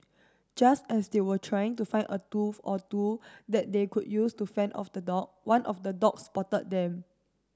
just as they were trying to find a tool or two that they could use to fend off the dog one of the dogs spotted them